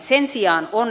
sen sijaan on